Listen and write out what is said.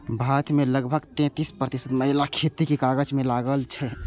भारत मे लगभग तैंतीस प्रतिशत महिला खेतीक काज मे लागल छै